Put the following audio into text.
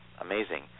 amazing